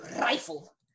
rifle